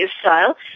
style